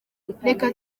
reka